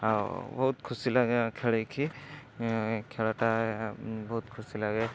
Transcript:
ଆଉ ବହୁତ ଖୁସି ଲାଗେ ଖେଳିକି ଖେଳଟା ବହୁତ ଖୁସି ଲାଗେ